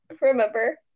remember